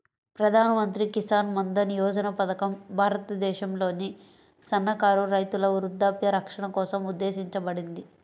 ప్రధాన్ మంత్రి కిసాన్ మన్ధన్ యోజన పథకం భారతదేశంలోని సన్నకారు రైతుల వృద్ధాప్య రక్షణ కోసం ఉద్దేశించబడింది